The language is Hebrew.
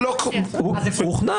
הוא הוכנס